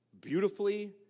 beautifully